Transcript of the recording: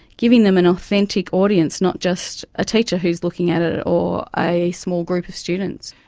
giving them an authentic audience, not just a teacher who is looking at it or a small group of students.